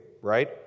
right